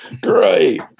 great